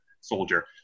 soldier